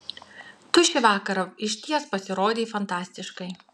tu šį vakarą išties pasirodei fantastiškai